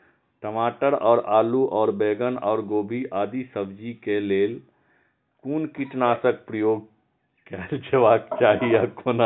टमाटर और आलू और बैंगन और गोभी आदि सब्जी केय लेल कुन कीटनाशक प्रयोग कैल जेबाक चाहि आ कोना?